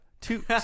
two